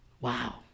Wow